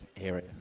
area